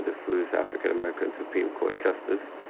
the first african american supreme court justice,